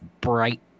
bright